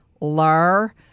Lur